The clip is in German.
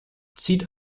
zieht